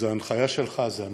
אז זו ההנחיה שלך זה מס'